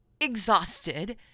exhausted